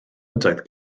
ydoedd